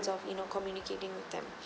off you know communicating with them